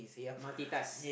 multitask